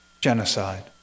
genocide